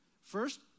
First